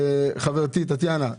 חברתי טטיאנה,